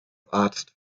arzt